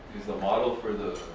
the model for the